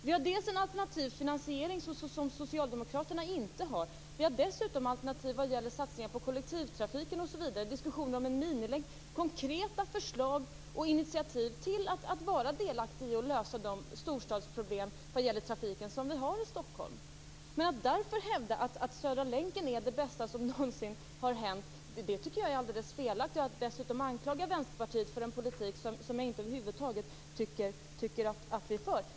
Vi har en alternativ finansiering vilket socialdemokraterna inte har. Vi har dessutom alternativ vad gäller satsningar på kollektivtrafiken, diskussioner om en minilänk. Vi ger konkreta förslag, tar initiativ och är delaktiga i att lösa de storstadsproblem vad gäller trafiken som finns i Att därför hävda att Södra länken är det bästa som någonsin har hänt tycker jag är alldeles felaktigt. Dessutom anklagas Vänsterpartiet för en politik som jag inte tycker att Vänsterpartiet över huvud taget för.